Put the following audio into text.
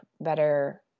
better